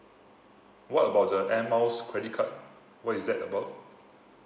what about the air miles credit card what is that about